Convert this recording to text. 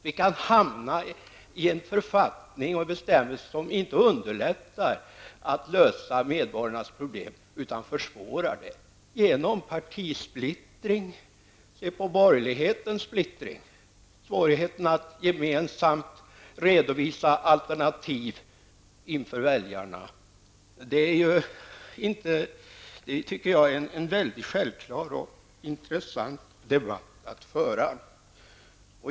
Vi kan hamna i en författning med ett valsätt som inte underlättar våra möjligheter att lösa medborgarnas problem utan försvårar dem genom partisplittring. Se på borgerlighetens splittring -- svårigheterna att gemensamt redovisa alternativ inför väljarna! Detta tycker jag är en självklar och intressant debatt att föra.